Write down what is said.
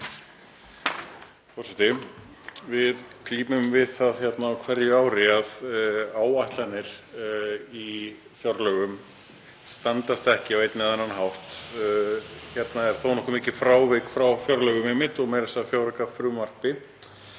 Forseti. Við glímum við það á hverju ári að áætlanir í fjárlögum standast ekki á einn eða annan hátt. Hérna er þó nokkuð mikið frávik frá fjárlögum og meira að segja frá fjáraukafrumvarpi,